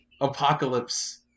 Apocalypse